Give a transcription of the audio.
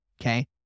okay